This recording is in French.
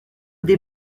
des